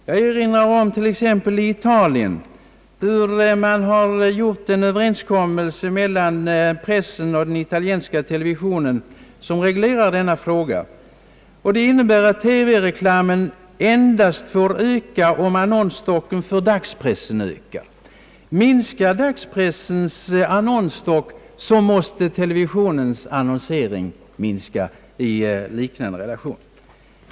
Jag erinrar om att man t.ex. i Italien har träffat en överenskommelse mellan pressen och den italienska televisionen som reglerar denna fråga. Överenskommelsen går ut på att TV-reklamen får öka endast om annonsstocken för dagspressen ökar. Minskar dagspressens annonsstock måste televisionens annonsering minska i motsvarande mån.